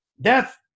Death